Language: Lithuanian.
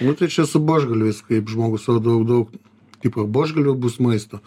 nu tai čia su buožgalviais kaip žmogus daug daug kaip va buožgalvių bus maisto